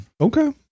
Okay